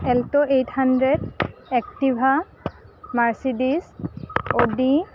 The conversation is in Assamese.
Alto eight hundred Activa Mercedes Audi